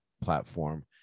platform